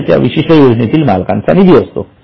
म्हणजे त्या विशिष्ठ योजनेतील मालकांचा निधी असतो